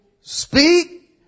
speak